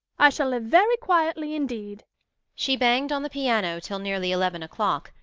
i shall live very quietly indeed she banged on the piano till nearly eleven o'clock,